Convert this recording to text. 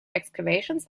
excavations